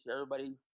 Everybody's